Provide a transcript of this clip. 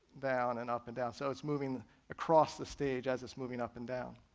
down, and up and down, so it's moving across the stage as it's moving up and down.